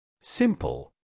Simple